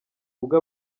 ubwo